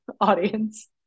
audience